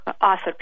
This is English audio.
author